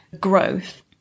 growth